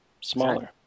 smaller